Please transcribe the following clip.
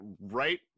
right